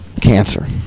Cancer